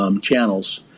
channels